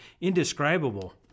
indescribable